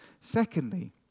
Secondly